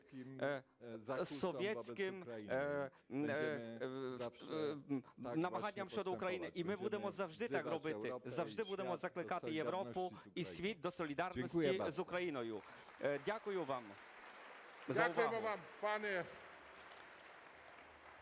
совєтським намаганням щодо України. І ми будемо завжди так робити – завжди будемо закликати Європу і світ до солідарності з Україною. Дякую вам за увагу.